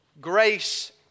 Grace